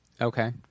Okay